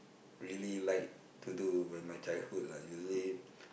really like to do when my childhood are usually